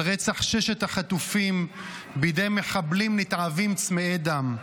רצח ששת החטופים בידי מחבלים נתעבים צמאי דם,